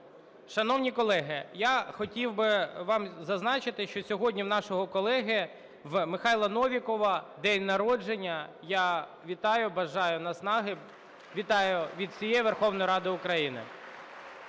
Шановні колеги, я хотів вам зазначити, що сьогодні в нашого колеги Михайла Новікова день народження. Я вітаю, бажаю наснаги, вітаю від всієї Верховної Ради України!